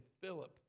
Philip